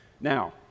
Now